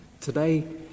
Today